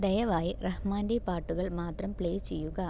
ദയവായി റഹ്മാൻ്റെ പാട്ടുകൾ മാത്രം പ്ലേ ചെയ്യുക